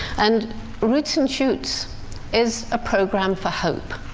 and roots and shoots is a program for hope.